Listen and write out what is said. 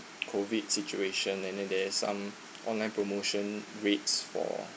COVID situation and then there is some online promotion rates for